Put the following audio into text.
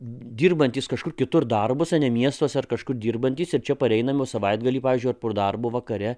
dirbantys kažkur kitur darbus ane miestuose ar kažkur dirbantys ir čia pareinam nu savaitgalį pavyzdžiui ar po darbo vakare